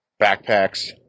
backpacks